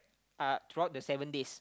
uh throughout the seven days